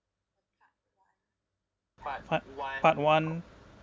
part part one